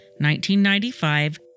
1995